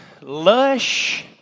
lush